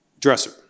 dresser